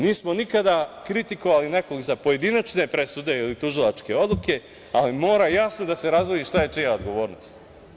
Nismo nikada kritikovali nekog za pojedinačne presude ili tužilačke odluke, ali mora jasno da se razdvoji šta je čija odgovornost.